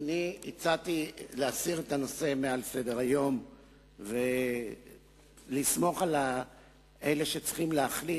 הצעתי להסיר את הנושא מעל סדר-היום ולסמוך על אלה שצריכים להחליט.